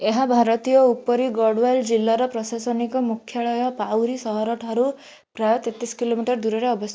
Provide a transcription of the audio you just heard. ଏହା ଭାରତୀୟ ଉପରୀ ଗଡ଼ୱାଲ ଜିଲ୍ଲାର ପ୍ରଶାସନିକ ମୁଖ୍ୟାଳୟ ପାଉରୀ ସହର ଠାରୁ ପ୍ରାୟ ତେତିଶି କିଲୋମିଟର ଦୂରରେ ଅବସ୍ଥିତ